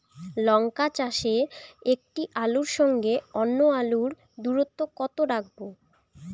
লঙ্কা চাষে একটি আলুর সঙ্গে অন্য আলুর দূরত্ব কত রাখবো?